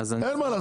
אין מה לעשות.